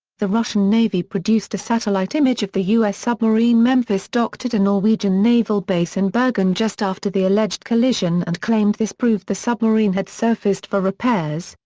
the russian navy produced a satellite image of the u s. submarine memphis docked at a norwegian naval base in bergen just after the alleged collision and claimed this proved the submarine had surfaced for repairs,